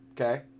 okay